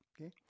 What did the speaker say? okay